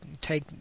take